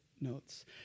notes